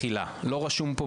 מחילה, לא רשום פה